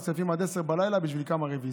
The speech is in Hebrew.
הכספים עד 22:00 בשביל כמה רוויזיות,